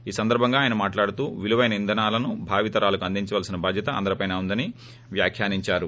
ఈ సందర్భంగా ఆయన మాట్లాడుతూ విలువైన ఇంధనాలను భావి తరాలకు అందించవలసిన బాధ్యత అందరిపైనా ఉందని వ్యాఖ్యానించారు